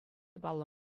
паллӑ